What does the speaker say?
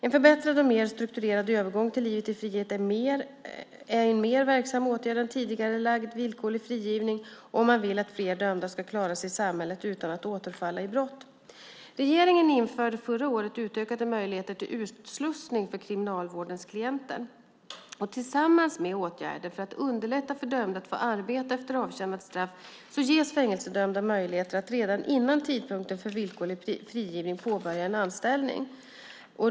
En förbättrad och mer strukturerad övergång till livet i frihet är en mer verksam åtgärd än tidigarelagd villkorlig frigivning om man vill att fler dömda ska klara sig i samhället utan att återfalla i brott. Regeringen införde förra året utökade möjligheter till utslussning för kriminalvårdens klienter. Tillsammans med åtgärder för att underlätta för dömda att få arbete efter avtjänat straff ges fängelsedömda möjligheter att redan innan tidpunkten för villkorlig frigivning påbörja en anställning.